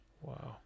Wow